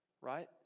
Right